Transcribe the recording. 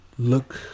look